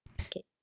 Okay